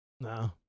No